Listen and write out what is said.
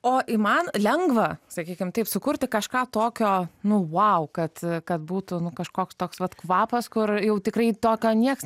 o įman lengva sakykime taip sukurti kažką tokio nu vau kad kad būtų kažkoks toks vat kvapas kur jau tikrai tokio niekas